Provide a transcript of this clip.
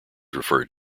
referred